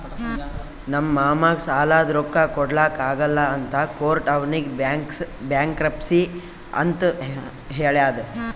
ನಮ್ ಮಾಮಾಗ್ ಸಾಲಾದ್ ರೊಕ್ಕಾ ಕೊಡ್ಲಾಕ್ ಆಗಲ್ಲ ಅಂತ ಕೋರ್ಟ್ ಅವ್ನಿಗ್ ಬ್ಯಾಂಕ್ರಪ್ಸಿ ಅಂತ್ ಹೇಳ್ಯಾದ್